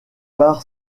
par